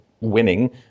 winning